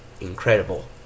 incredible